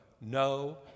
no